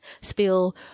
spill